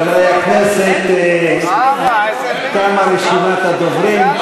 חברי הכנסת, תמה רשימת הדוברים.